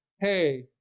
Hey